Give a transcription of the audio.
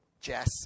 Jess